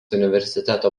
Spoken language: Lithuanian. universiteto